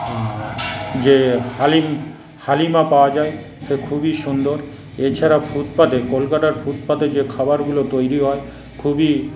যে হালিম হালিমা পাওয়া যায় সে খুবই সুন্দর এছাড়া ফুটপাতে কলকাতার ফুটপাতে যে খাবারগুলো তৈরি হয় খুবই